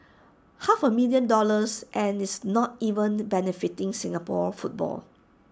half A million dollars and it's not even benefiting Singapore football